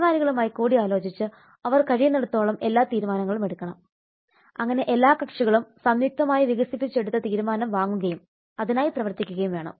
സഹകാരികളുമായി കൂടിയാലോചിച്ച് അവർ കഴിയുന്നിടത്തോളം എല്ലാ തീരുമാനങ്ങളും എടുക്കണം അങ്ങനെ എല്ലാ കക്ഷികളും സംയുക്തമായി വികസിപ്പിച്ചെടുത്ത തീരുമാനം വാങ്ങുകയും അതിനായി പ്രവർത്തിക്കുകയും വേണം